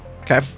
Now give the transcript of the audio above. Okay